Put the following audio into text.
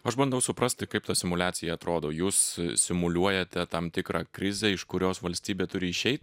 aš bandau suprasti kaip ta simuliacija atrodo jūs simuliuojate tam tikrą krizę iš kurios valstybė turi išeit